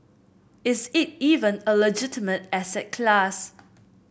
is it even a legitimate asset class